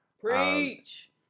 Preach